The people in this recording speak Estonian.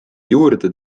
juurde